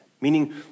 meaning